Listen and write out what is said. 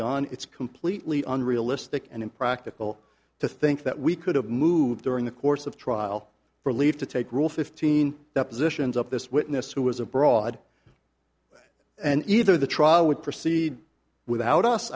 n it's completely unrealistic and impractical to think that we could have moved during the course of trial for leave to take rule fifteen that position's up this witness who was abroad and either the trial would proceed without us